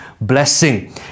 blessing